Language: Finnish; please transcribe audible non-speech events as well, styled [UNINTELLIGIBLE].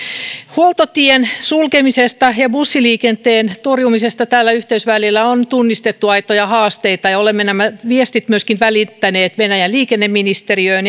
huoltotien sulkemisessa ja bussiliikenteen torjumisessa tällä yhteysvälillä on tunnistettu aitoja haasteita ja ja olemme nämä viestit välittäneet myöskin venäjän liikenneministeriöön [UNINTELLIGIBLE]